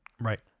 Right